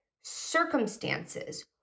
circumstances